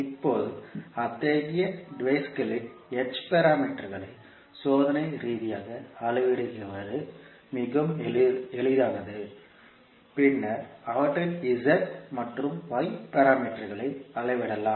இப்போது அத்தகைய டிவைஸ்களின் h பாராமீட்டர்களை சோதனை ரீதியாக அளவிடுவது மிகவும் எளிதானது பின்னர் அவற்றின் z மற்றும் y பாராமீட்டர்களை அளவிடலாம்